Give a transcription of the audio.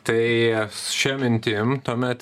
tai su šia mintim tuomet